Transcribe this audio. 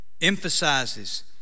emphasizes